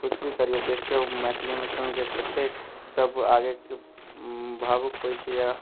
किछु भी करिऔ देखिऔ मैथिलीमे सुनिके कतेक सब आगेके भावुक होइ छै आओर